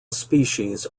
species